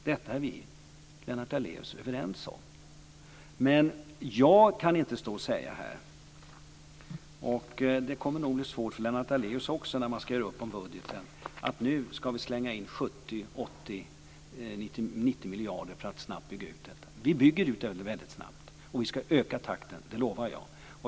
Detta är vi överens om, Lennart Daléus. Men jag kan inte stå här och säga säkert, och det kommer att bli svårt också för Lennart Daléus när man ska göra upp budgeten att säga att nu ska vi slänga in 70, 80, 90 miljarder för att snabbt bygga ut detta. Vi bygger ut det väldigt snabbt, och vi ska öka takten. Det lovar jag.